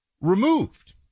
removed